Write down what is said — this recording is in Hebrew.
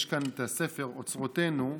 יש כאן הספר "אוצרותינו",